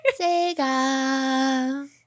Sega